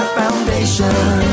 foundation